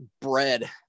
bread